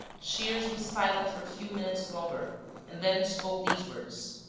shears was silent for a few minutes longer and then spoke these words